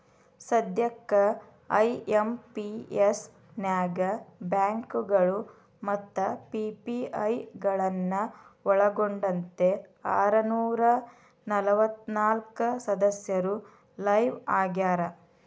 ಸದ್ಯಕ್ಕ ಐ.ಎಂ.ಪಿ.ಎಸ್ ನ್ಯಾಗ ಬ್ಯಾಂಕಗಳು ಮತ್ತ ಪಿ.ಪಿ.ಐ ಗಳನ್ನ ಒಳ್ಗೊಂಡಂತೆ ಆರನೂರ ನಲವತ್ನಾಕ ಸದಸ್ಯರು ಲೈವ್ ಆಗ್ಯಾರ